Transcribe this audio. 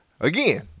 Again